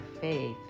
faith